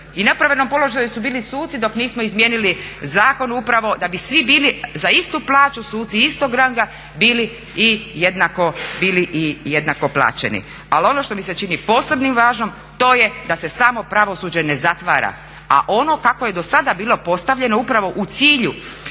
u nepravednom položaju su bili suci dok nismo izmijenili zakon upravo da bi svi bili za istu plaću suci istog ranga bili i jednako plaćeni. Ali ono što mi se čini posebno važnim to je da se samo pravosuđe ne zatvara, a ono kako je dosada bilo postavljeno upravo u cilju